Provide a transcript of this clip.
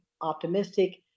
optimistic